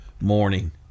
morning